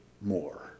more